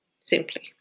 simply